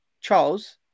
Charles